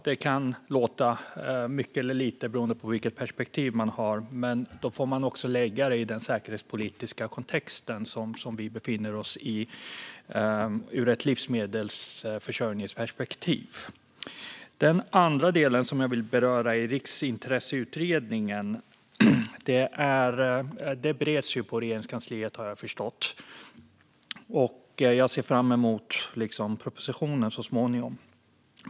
Det kan låta mycket eller lite beroende på vilket perspektiv man har, men man får också se det i den säkerhetspolitiska kontext som vi befinner oss i och ur ett livsmedelsförsörjningsperspektiv. Den andra delen jag vill beröra är Riksintresseutredningen. Den bereds ju på Regeringskansliet, har jag förstått. Jag ser fram emot propositionen så småningom.